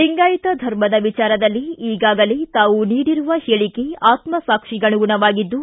ಲಿಂಗಾಯತ ಧರ್ಮದ ವಿಚಾರದಲ್ಲಿ ಈಗಾಗಲೇ ತಾವು ನೀಡಿರುವ ಹೇಳಿಕೆ ಆತ್ಮಸ್ಕಿಗನುಗುಣವಾಗಿದ್ದು